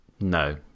no